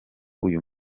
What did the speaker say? uyu